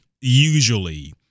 usually